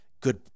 good